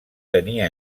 tenir